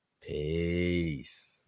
Peace